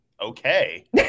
Okay